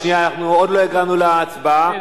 שנייה, עוד לא הגענו להצבעה.